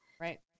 right